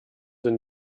sind